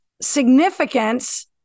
significance